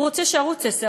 הוא רוצה שערוץ 10,